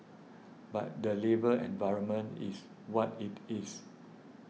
but the labour environment is what it is